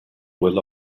will